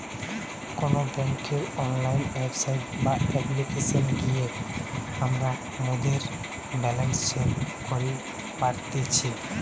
কোনো বেংকের online website বা অপ্লিকেশনে গিয়ে আমরা মোদের ব্যালান্স চেক করি পারতেছি